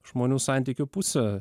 žmonių santykių pusę